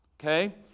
Okay